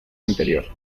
anterior